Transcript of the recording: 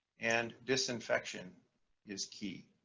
and disinfection is key.